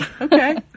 Okay